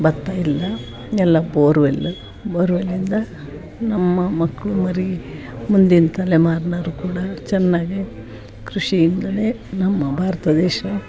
ಭತ್ತ ಎಲ್ಲ ಎಲ್ಲ ಬೋರ್ವೆಲ್ ಬೋರ್ವೆಲ್ಲಿಂದ ನಮ್ಮ ಮಕ್ಕಳು ಮರಿ ಮುಂದಿನ ತಲೆಮಾರ್ನವ್ರು ಕೂಡ ಚೆನ್ನಾಗೇ ಕೃಷಿಯಿಂದಲೇ ನಮ್ಮ ಭಾರತ ದೇಶ